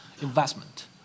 investment